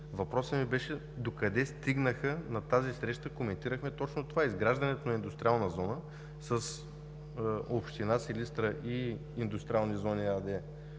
Въпросът ми беше: докъде стигнаха? На тази среща коментирахме точно това – изграждането на Индустриална зона, с община Силистра и „Индустриални зони“ ЕАД,